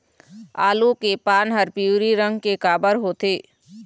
आलू के पान हर पिवरी रंग के काबर होथे?